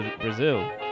Brazil